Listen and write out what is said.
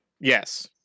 Yes